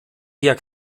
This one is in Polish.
jak